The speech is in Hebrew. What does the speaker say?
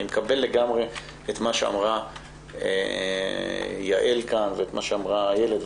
אני מקבל לגמרי את מה שאמרה יעל ואת מה שאמרה איילת,